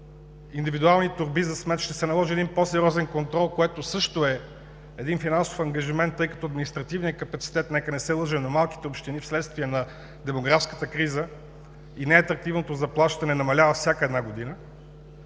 в индивидуални торби за смет, ще се наложи по-сериозен контрол, което също е финансов ангажимент, тъй като административният капацитет, нека не се лъжем, на малките общини вследствие на демографската криза и неатрактивното заплащане намалява всяка година.